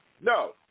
No